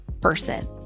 person